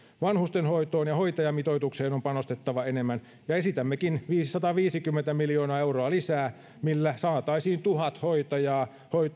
vanhustenhoitoon ja hoitajamitoitukseen on panostettava enemmän ja esitämmekin viisisataaviisikymmentä miljoonaa euroa lisää millä saataisiin tuhat hoitajaa